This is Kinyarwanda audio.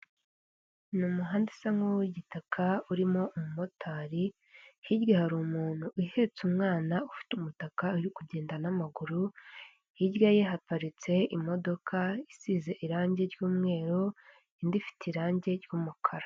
Ni umuhanda usa nkuw'igitaka urimo umumotari; hirya hari umuntu uhetse umwana ufite umutaka uri kugenda n'amaguru; hirya ye haparitse imodoka isize irangi ry'umweru indi ifite irangi ry'umukara.